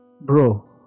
bro